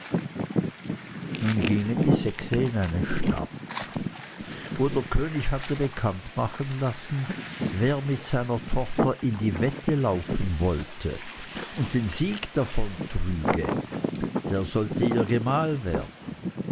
nun gingen die sechse in eine stadt wo der könig hatte bekanntmachen lassen wer mit seiner tochter in die wette laufen wollte und den sieg davontrüge der sollte ihr gemahl werden